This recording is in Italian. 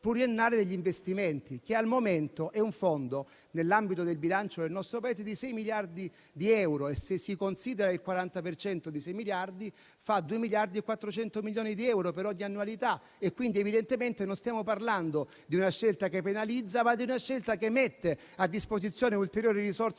pluriennale degli investimenti, che al momento, nell'ambito del bilancio del nostro Paese, è pari a 6 miliardi di euro. Se si considera il 40 per cento di 6 miliardi, parliamo di 2,4 miliardi di euro per ogni annualità, quindi evidentemente non stiamo parlando di una scelta che penalizza, ma che mette a disposizione ulteriori risorse